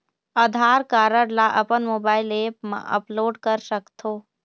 आधार card ला अपन mobile app मा अपलोड कर सकथों?